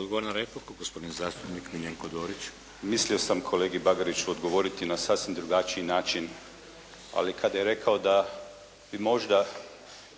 Odgovor na repliku, gospodin zastupnik Miljenko Dorić. **Dorić, Miljenko (HNS)** Mislio sam kolegi Bagariću odgovoriti na sasvim drugačiji način, ali kada je rekao da bi možda